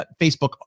Facebook